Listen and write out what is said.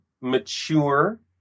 mature